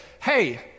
hey